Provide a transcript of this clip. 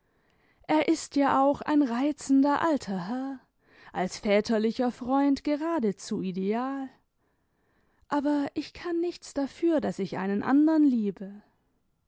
er ist ja auch ein reizender alter herr als väterlicher freund geradezu ideal aber ich kann nichts dafür daß ich einen andern liebe